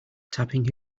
tapping